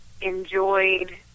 enjoyed